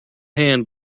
hand